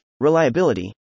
reliability